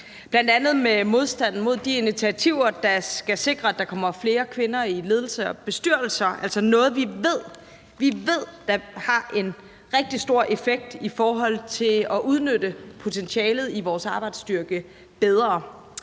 bl.a. med modstanden mod de initiativer, der skal sikre, at der kommer flere kvinder i ledelser og bestyrelser, altså noget, vi ved – vi ved – har en rigtig stor effekt i forhold til at udnytte potentialet i vores arbejdsstyrke bedre.